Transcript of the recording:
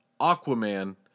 Aquaman